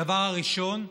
הדבר הראשון,